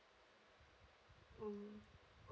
mm